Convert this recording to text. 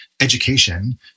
education